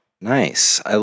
Nice